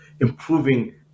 improving